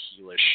heelish